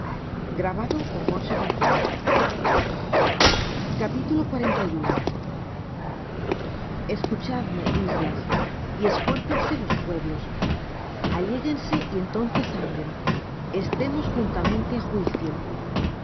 caminarán y no se fatigarán escuchadme islas y esfuércense los pueblos alléguense y entonces hablen estemos juntamente á juicio